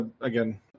again